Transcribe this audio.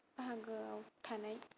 भागोआव थानाय